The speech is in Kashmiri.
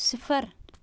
صِفر